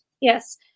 Yes